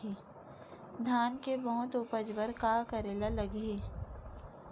धान के बहुत उपज बर का करेला लगही?